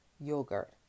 yogurt